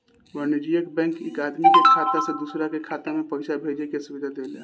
वाणिज्यिक बैंक एक आदमी के खाता से दूसरा के खाता में पईसा भेजे के सुविधा देला